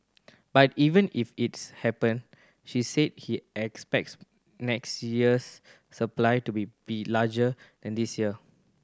but even if it's happen she said he expects next year's supply to be be larger than this year